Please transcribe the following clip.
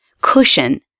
cushion